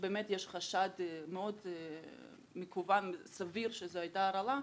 שבאמת יש חשד מאוד סביר שזו הייתה הרעלה,